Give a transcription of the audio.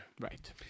Right